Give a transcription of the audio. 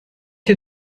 you